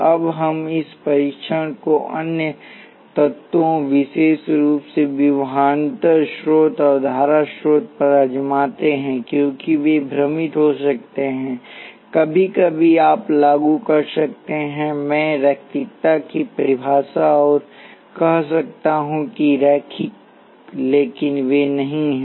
अब हम इस परीक्षण को अन्य तत्वों विशेष रूप से विभवांतर स्रोत और धारा स्रोत पर आजमाते हैं क्योंकि वे भ्रमित हो सकते हैं कभी कभी आप लागू कर सकते हैं मैं रैखिकता की परिभाषा और कह सकता हूं कि रैखिक लेकिन वे नहीं हैं